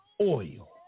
oil